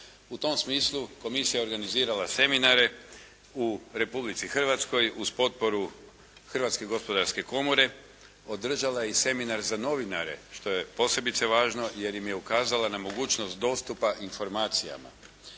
U tom smislu Komisija je organizirala seminare u Republici Hrvatskoj uz potporu Hrvatske gospodarske komore, održala je i seminar za novinare, što je posebice važno jer im je ukazala na mogućnost dostupa informacijama.